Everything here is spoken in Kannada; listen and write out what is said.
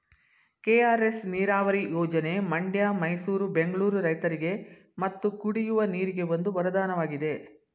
ಕೆ.ಆರ್.ಎಸ್ ನೀರವರಿ ಯೋಜನೆ ಮಂಡ್ಯ ಮೈಸೂರು ಬೆಂಗಳೂರು ರೈತರಿಗೆ ಮತ್ತು ಕುಡಿಯುವ ನೀರಿಗೆ ಒಂದು ವರದಾನವಾಗಿದೆ